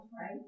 right